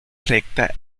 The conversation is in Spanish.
recta